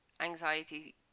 anxiety